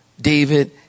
David